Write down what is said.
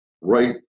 right